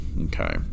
okay